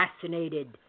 fascinated